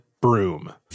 broom